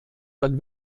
dann